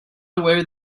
aware